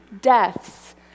deaths